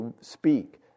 speak